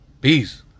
Peace